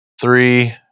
Three